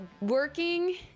working